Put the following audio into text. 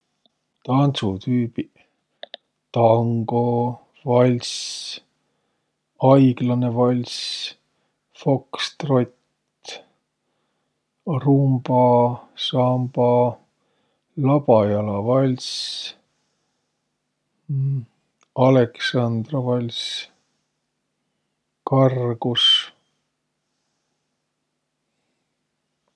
Tandsotüübiq? Tango, valss, aiglanõ valss, fokstrott, rumba, samba, labajala valss, aleksandra valss, kargus.